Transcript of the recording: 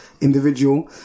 individual